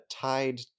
tied